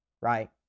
right